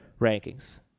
rankings